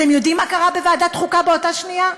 אתם יודעים מה קרה בוועדת חוקה באותה שנייה?